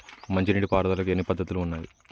మంచి నీటి పారుదలకి ఎన్ని పద్దతులు ఉన్నాయి?